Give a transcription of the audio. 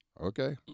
Okay